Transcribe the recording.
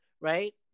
right